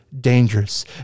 dangerous